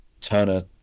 Turner